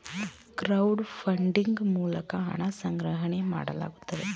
crowd funding ಮೂಲಕ ಹಣ ಸಂಗ್ರಹಣೆ ಮಾಡಲಾಗುತ್ತದೆ